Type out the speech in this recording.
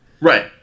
Right